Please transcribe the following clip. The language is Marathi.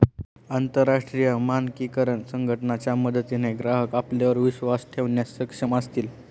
अंतरराष्ट्रीय मानकीकरण संघटना च्या मदतीने ग्राहक आपल्यावर विश्वास ठेवण्यास सक्षम असतील